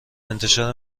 انتشار